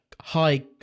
high